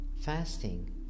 Fasting